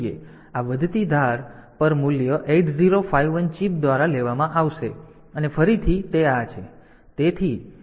તેથી આ વધતી ધાર પર મૂલ્ય 8051 ચિપ દ્વારા લેવામાં આવશે અને ફરીથી તે આ છે